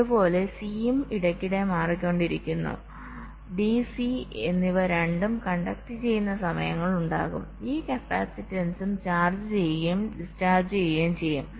അതുപോലെ സിയും ഇടയ്ക്കിടെ മാറിക്കൊണ്ടിരിക്കുന്നു അതിനാൽ d c എന്നിവ രണ്ടും കണ്ടക്ട് ചെയ്യുന്ന സമയങ്ങൾ ഉണ്ടാകും ഈ കപ്പാസിറ്റൻസും ചാർജ് ചെയ്യുകയും ഡിസ്ചാർജ് ചെയ്യുകയും ചെയ്യും